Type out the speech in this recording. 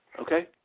Okay